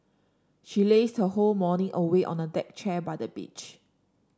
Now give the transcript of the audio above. she lazed her whole morning away on a deck chair by the beach